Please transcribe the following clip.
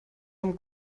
vom